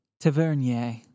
Tavernier